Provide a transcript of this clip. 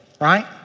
Right